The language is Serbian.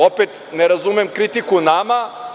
Opet ne razumem kritiku nama.